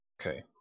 Okay